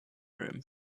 room